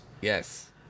Yes